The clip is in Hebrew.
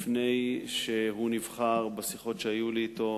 לפני שהוא נבחר, בשיחות שהיו לי אתו,